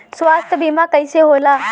स्वास्थ्य बीमा कईसे होला?